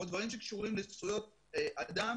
כמו דברים שקשורים לזכויות אדם